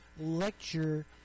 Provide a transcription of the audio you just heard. lecture